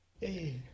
Hey